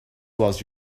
was